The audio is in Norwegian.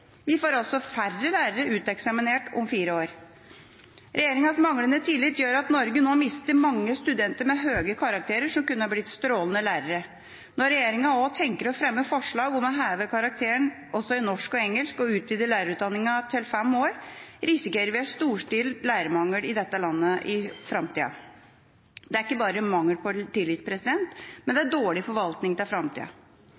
Vi får altså færre lærere uteksaminert om fire år. Regjeringas manglende tillit gjør at Norge nå mister mange studenter med høye karakterer som kunne ha blitt strålende lærere. Når regjeringa også tenker å fremme forslag om å heve karakteren også i norsk og engelsk og utvide lærerutdanningen til fem år, risikerer vi en storstilt lærermangel i dette landet i framtida. Det er ikke bare mangel på tillit, men det